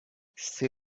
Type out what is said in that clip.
she